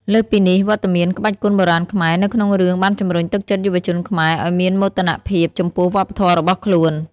លើសពីនេះ វត្តមានក្បាច់គុនបុរាណខ្មែរនៅក្នុងរឿងបានជំរុញទឹកចិត្តយុវជនខ្មែរឲ្យមានមោទនភាពចំពោះវប្បធម៌របស់ខ្លួន។